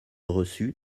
reçue